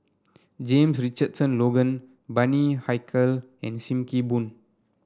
James Richardson Logan Bani Haykal and Sim Kee Boon